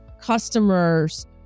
customers